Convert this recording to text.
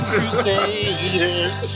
Crusaders